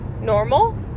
normal